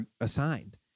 assigned